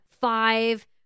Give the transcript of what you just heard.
five